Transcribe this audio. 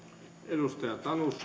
arvoisa herra puhemies